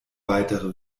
weitere